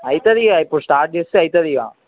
అవుతుంది ఇక ఇప్పుడు స్టార్ట్ చేస్తే అవుతుంది ఇక